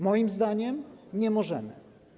Moim zdaniem nie możemy.